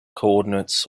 coordinates